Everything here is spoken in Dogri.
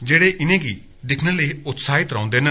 जेड़े इनेंगी दिक्खने लेई उत्साहित रोहंदे न